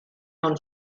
own